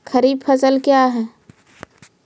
खरीफ फसल क्या हैं?